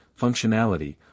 functionality